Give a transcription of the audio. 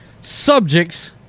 subjects